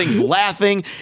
laughing